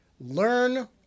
Learn